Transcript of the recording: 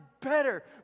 better